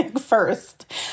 first